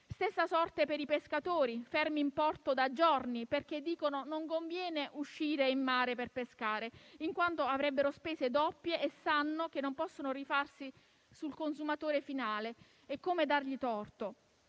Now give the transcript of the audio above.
Stessa sorte per i pescatori, fermi in porto da giorni perché non ritengono conveniente uscire in mare per pescare in quanto avrebbero spese doppie e sanno di non potersi poi rifare sul consumatore finale. Come dargli torto.